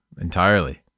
Entirely